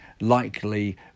likely